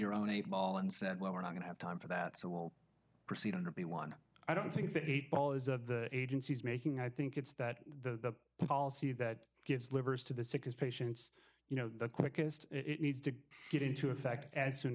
your own eight ball and said well we're not going to have time for that so we'll proceed under the one i don't think the eight ball is of the agencies making i think it's that the policy that gives livers to the sickest patients you know the quickest it needs to get into effect as soon